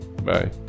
Bye